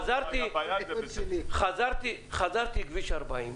חזרתי לכביש 40,